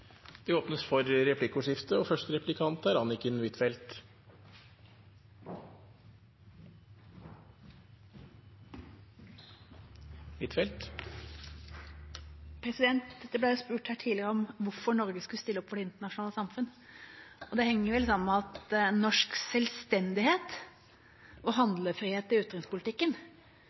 Det blir replikkordskifte. Det ble spurt her tidligere om hvorfor Norge skulle stille opp for det internasjonale samfunn. Det henger vel sammen med at i norsk selvstendighet og handlefrihet i utenrikspolitikken